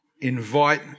invite